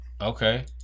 Okay